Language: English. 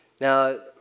Now